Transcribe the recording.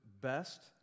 best